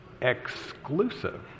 Exclusive